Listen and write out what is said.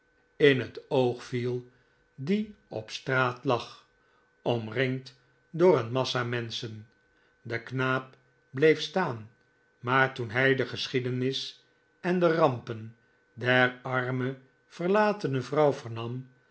in het oog viel die op de straat lag omringd door een massa menschen de knaap bleef staan maar toen hij de geschiedenis en de rampen der arme verlatene vrouw